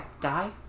Die